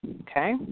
Okay